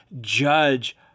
judge